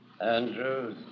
Andrews